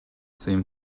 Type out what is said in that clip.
seem